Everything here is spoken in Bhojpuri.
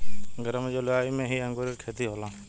गरम जलवायु में ही अंगूर के खेती होला